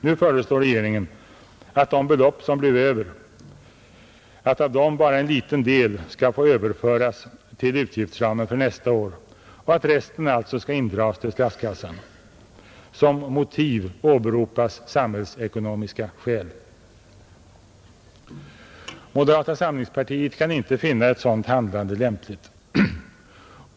Nu föreslår regeringen att av de belopp som blev över bara en liten del skall få överföras till utgiftsramen för nästa år och att resten alltså skall indragas till statskassan. Som motiv åberopas samhällsekonomiska skäl. Moderata samlingspartiet kan inte finna ett sådant handlande lämpligt.